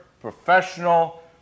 professional